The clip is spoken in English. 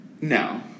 no